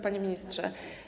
Panie Ministrze!